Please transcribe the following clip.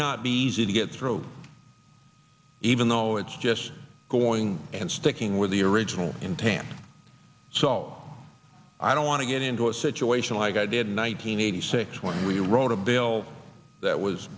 not be easy to get through even though it's just going and sticking with the original in pampa so i don't want to get into a situation like i did in one nine hundred eighty six when we wrote a bill that was